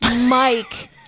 Mike